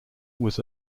was